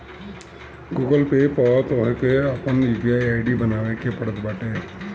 Google Pay पअ तोहके आपन यू.पी.आई आई.डी बनावे के पड़त बाटे